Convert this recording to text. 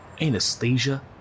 anesthesia